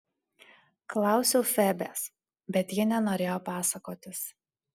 klausiau febės bet ji nenorėjo pasakotis